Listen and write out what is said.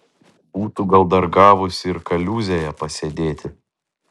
būtų gal dar gavusi ir kaliūzėje pasėdėti